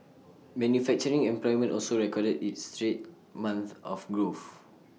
manufacturing employment also recorded its third straight month of growth